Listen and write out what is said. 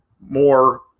more